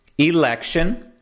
election